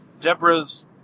Deborah's